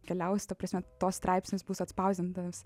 keliaus ta prasme to straipsnis bus atspausdintas